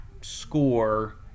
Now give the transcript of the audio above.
score